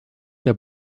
der